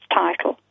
title